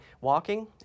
walking